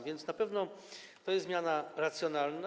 Więc na pewno to jest zmiana racjonalna.